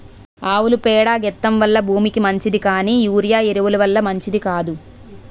ఆవుల పేడ గెత్తెం వల్ల భూమికి మంచిది కానీ యూరియా ఎరువు ల వల్ల మంచిది కాదు